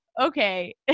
okay